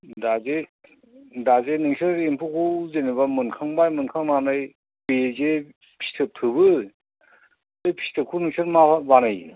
दा जे दा जे नोंसोर एम्फौखौ जेन'बा मोनखांबाय मोनखांनानै बेजे फिथोब थोबो बे फिथोबखौ नोंसोर मा मा बानायो